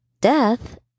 Death